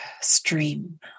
stream